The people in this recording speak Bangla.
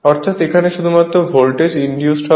অর্থাৎ এখানে শুধুমাত্র ভোল্টেজ ইন্ডিউজড হবে